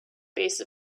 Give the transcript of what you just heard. base